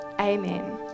Amen